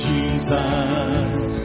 Jesus